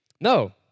No